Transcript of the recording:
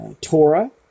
Torah